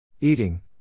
Eating